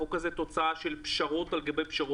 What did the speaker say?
החוק הזה הוא תוצאה של פשרות על גבי פשרות